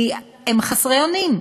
כי הם חסרי אונים.